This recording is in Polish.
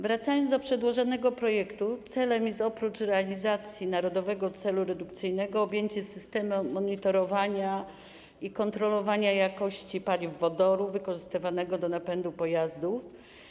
Wracając do przedłożonego projektu, jego celem jest, oprócz realizacji Narodowego Celu Redukcyjnego, objęcie systemem monitorowania i kontrolowania jakości paliw wodoru wykorzystywanego do napędu pojazdów.